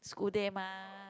school day mah